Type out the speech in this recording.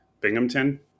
Binghamton